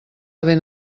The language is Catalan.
ben